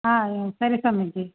ಹಾಂ ಹ್ಞೂ ಸರಿ ಸ್ವಾಮೀಜಿ